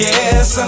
Yes